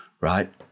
right